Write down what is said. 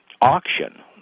auction